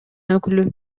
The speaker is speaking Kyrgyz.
өкүлү